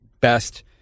best